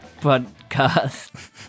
podcast